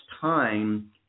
time